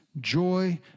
joy